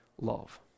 love